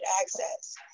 access